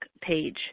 page